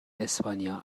اسپانیا